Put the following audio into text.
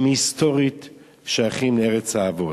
הם היסטורית שייכים לארץ האבות.